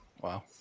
Wow